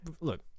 look